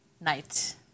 Night